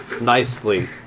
Nicely